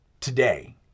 today